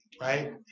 right